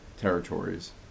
territories